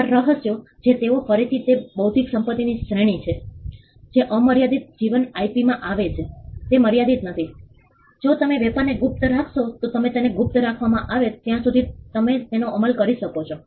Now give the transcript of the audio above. વેપાર રહસ્યો જે તેઓ ફરીથી છે તે બૌદ્ધિક સંપત્તિની શ્રેણી છે જે અમર્યાદિત જીવન IP માં આવે છે તે મર્યાદિત નથી જો તમે વેપારને ગુપ્ત રાખશો તો તમે તેને ગુપ્ત રાખવામાં આવે ત્યાં સુધી તમે તેનો અમલ કરી શકો છો